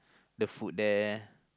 the food there